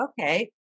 okay